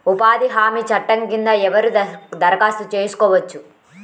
ఉపాధి హామీ చట్టం కింద ఎవరు దరఖాస్తు చేసుకోవచ్చు?